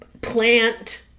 plant